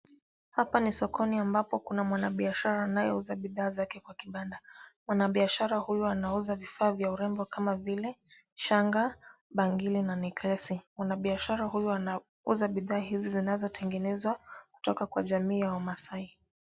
Hapa ni sokoni ambapo kuna mwabiashara anayeuza bidhaa zake kwa kibanda. Mwanabiashara huyu anauza vifaa vya urembo kama vile shanga, bangili na neklesi . Mwanabiashara huyu anauza bidhaa hizi zinazotengenezwa kutoka kwa jamii ya wamaasai.